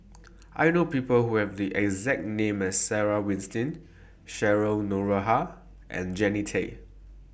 I know People Who Have The exact name as Sarah Winstedt Cheryl Noronha and Jannie Tay